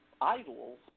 idols